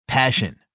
Passion